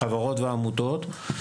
החברות והעמותות שיתפנו פעולה.